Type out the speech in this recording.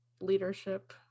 leadership